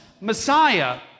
Messiah